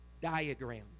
diagram